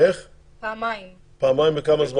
פעמיים בכמה זמן?